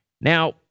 Now